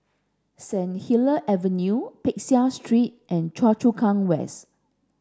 Saint Helier's Avenue Peck Seah Street and Choa Chu Kang West